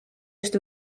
just